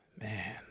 Man